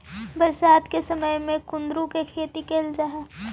बरसात के समय में कुंदरू के खेती कैल जा हइ